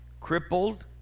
crippled